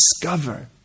discover